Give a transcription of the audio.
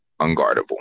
unguardable